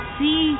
see